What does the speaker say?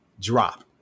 drop